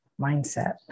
mindset